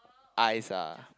ice ah